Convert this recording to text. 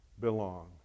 belong